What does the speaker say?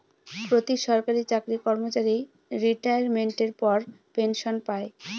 প্রতি সরকারি চাকরি কর্মচারী রিটাইরমেন্টের পর পেনসন পায়